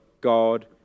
god